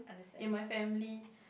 in my family